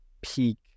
peak